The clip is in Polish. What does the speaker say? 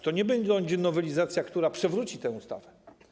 To nie będzie nowelizacja, która przewróci tę ustawę.